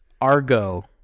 argo